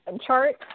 chart